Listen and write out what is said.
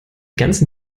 ganzen